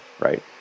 right